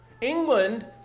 England